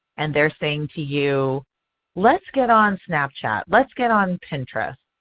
and they are saying to you let's get on snap chat. let's get on pinterest.